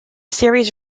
series